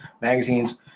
magazines